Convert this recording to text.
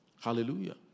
Hallelujah